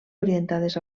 orientades